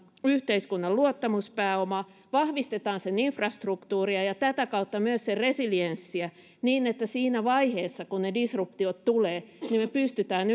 yhteiskunnan luottamuspääomaa vahvistamme sen infrastruktuuria ja tätä kautta myös sen resilienssiä niin että siinä vaiheessa kun ne disruptiot tulevat me pystymme